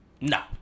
No